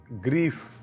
grief